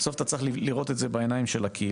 בסוף אתה צריך לראות את זה בעיניים של הקהילה.